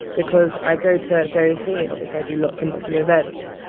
because i go to so here, obviously, i do lots and lots of events.